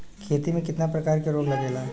खेती में कितना प्रकार के रोग लगेला?